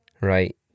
right